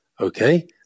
okay